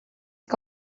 que